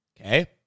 Okay